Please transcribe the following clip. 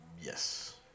Yes